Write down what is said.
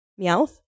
Meowth